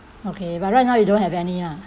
okay but right now you don't have any lah